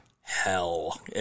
hell